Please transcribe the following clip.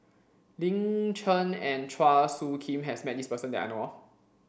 Lin Chen and Chua Soo Khim has met this person that I know of